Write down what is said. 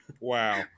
Wow